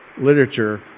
literature